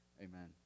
amen